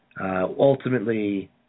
ultimately